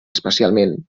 especialment